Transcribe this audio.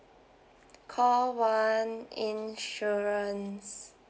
call one insurance